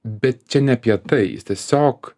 bet čia ne apie tai jis tiesiog